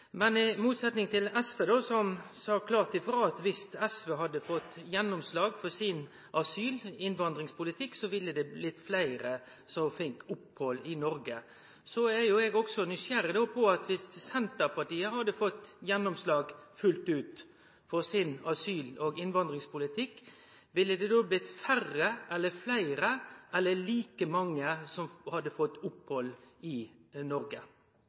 men det står i motsetning til SV, som sa klart ifrå at viss SV hadde fått gjennomslag for sin asyl- og innvandringspolitikk, ville det blitt fleire som fekk opphald i Noreg. Eg er nysgjerrig: Viss Senterpartiet hadde fått gjennomslag fullt ut for sin asyl- og innvandringspolitikk, ville det då blitt færre, fleire eller like mange som hadde fått opphald i Noreg?